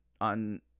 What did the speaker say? on